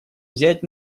взять